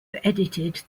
edited